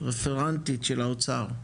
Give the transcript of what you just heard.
רפרנטית של האוצר.